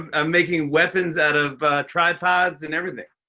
i'm making weapons out of tripods and everything.